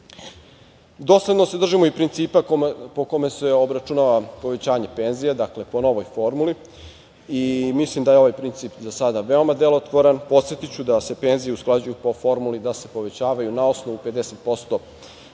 se držimo i principa po kome se obračunava povećanje penzija, dakle, po novoj formuli. Mislim da je ovaj princip za sada veoma delotvoran. Podsetiću da se penzije usklađuju po formuli da se povećavaju na osnovu 50%